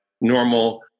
normal